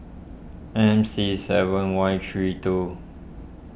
M C seven Y three two